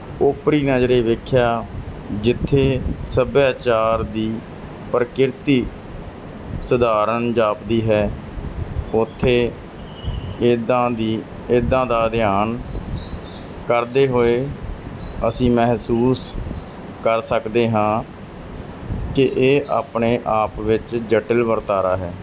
ਓਪਰੀ ਨਜ਼ਰੇ ਵੇਖਿਆ ਜਿੱਥੇ ਸੱਭਿਆਚਾਰ ਦੀ ਪ੍ਰਕਿਰਤੀ ਸਧਾਰਨ ਜਾਪਦੀ ਹੈ ਉੱਥੇ ਇੱਦਾਂ ਦੀ ਇੱਦਾਂ ਦਾ ਅਧਿਐਨ ਕਰਦੇ ਹੋਏ ਅਸੀਂ ਮਹਿਸੂਸ ਕਰ ਸਕਦੇ ਹਾਂ ਕਿ ਇਹ ਆਪਣੇ ਆਪ ਵਿੱਚ ਜਟਲ ਵਰਤਾਰਾ ਹੈ